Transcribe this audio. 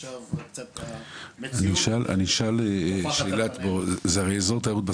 ועכשיו -- אני אשאל זה הרי אזור תיירות,